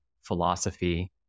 philosophy